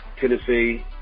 Tennessee